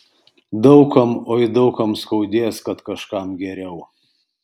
daug kam oi daug kam skaudės kad kažkam geriau